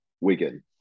Wigan